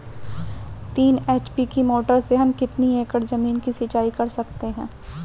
तीन एच.पी की मोटर से हम कितनी एकड़ ज़मीन की सिंचाई कर सकते हैं?